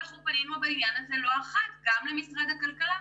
אנחנו פנינו בעניין הזה לא אחת גם למשרד הכלכלה.